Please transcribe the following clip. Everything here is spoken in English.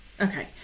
Okay